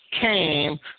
came